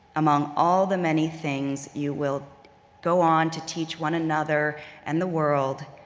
among all the many things you will go on to teach one another and the world,